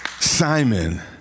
Simon